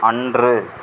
அன்று